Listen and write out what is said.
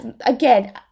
again